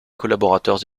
collaborateurs